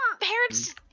parents